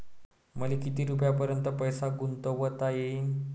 मले किती रुपयापर्यंत पैसा गुंतवता येईन?